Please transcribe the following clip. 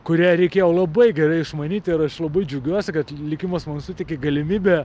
kurią reikėjo labai gerai išmanyti ir aš labai džiaugiuosi kad likimas man suteikė galimybę